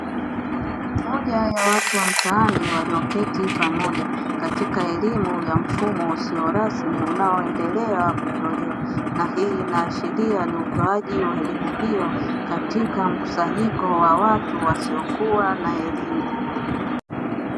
Moja ya watu wa mtaani walioketi pamoja katika elimu ya mfumo usio rasmi unaoendelea kutolewa, na hii inaashiria ni utoaji wa elimu hiyo katika mkusanyiko wa watu wasiokuwa na elimu.